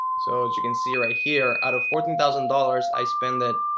so as you can see right here out of fourteen thousand dollars. i spend that